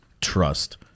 trust